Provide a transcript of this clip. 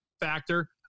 factor